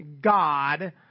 God